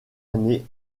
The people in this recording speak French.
années